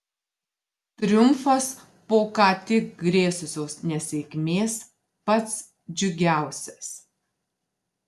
triumfas po ką tik grėsusios nesėkmės pats džiugiausias